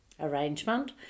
arrangement